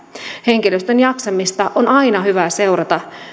henkilöstön jaksamista on aina hyvä seurata